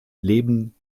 leben